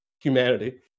humanity